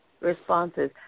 responses